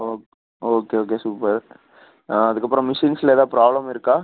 okay okay okay super அதுக்கப்புறம் மிஷின்ஸ்ல எதாது ப்ராப்ளம் இருக்கா